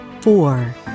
four